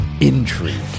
intrigue